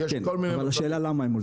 כן, אבל השאלה למה הם עולים?